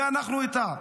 ואנחנו איתה.